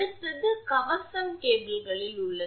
அடுத்தது கவசம் கேபிளில் உள்ளது